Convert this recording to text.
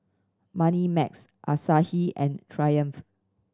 Moneymax Asahi and Triumph